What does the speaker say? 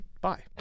Bye